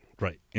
Right